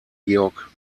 georg